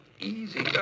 Easy